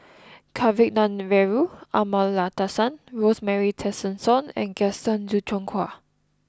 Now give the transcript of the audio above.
Kavignareru Amallathasan Rosemary Tessensohn and Gaston Dutronquoy